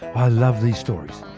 i love these stories,